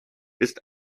ist